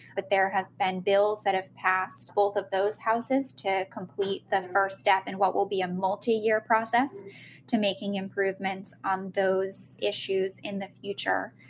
but there have been bills that have passed both of those houses to complete the first step in what will be a multi-year process to making improvements on those issues in the future.